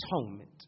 atonement